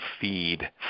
feed